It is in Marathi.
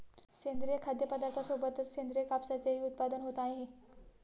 सेंद्रिय खाद्यपदार्थांसोबतच सेंद्रिय कापसाचेही उत्पादन होत आहे